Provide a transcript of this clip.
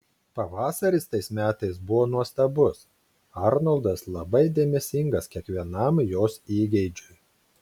pavasaris tais metais buvo nuostabus arnoldas labai dėmesingas kiekvienam jos įgeidžiui